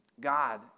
God